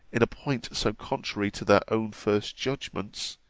in a point so contrary to their own first judgments,